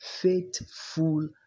faithful